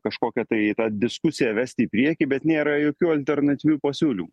kažkokią tai tą diskusiją vesti į priekį bet nėra jokių alternatyvių pasiūlymų